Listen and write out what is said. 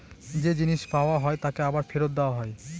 যে জিনিস পাওয়া হয় তাকে আবার ফেরত দেওয়া হয়